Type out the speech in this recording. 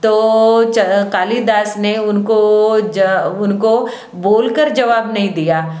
तो कालीदास ने उनको उनको बोलकर जवाब नहीं दिया